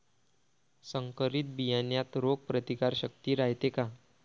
संकरित बियान्यात रोग प्रतिकारशक्ती रायते का?